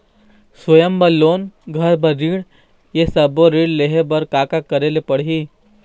स्वयं बर लोन, घर बर ऋण, ये सब्बो ऋण लहे बर का का करे ले पड़ही?